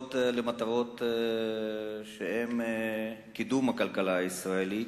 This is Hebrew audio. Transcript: וזאת למטרות שהן קידום הכלכלה הישראלית,